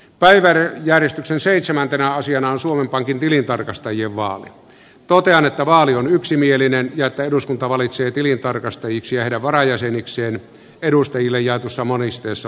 päivän järistyksen seitsemäntenä asiana on suomen pankin tilintarkastajien val tuote totean että vaali on yksimielinen ja että eduskunta valitsee suomen pankin tilintarkastajiksi ja heidän varajäsenikseen seuraavat henkilöt